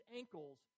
ankles